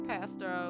Pastor